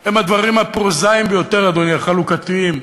הוא הדברים הפרוזאיים ביותר, אדוני, החלוקתיים: